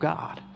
God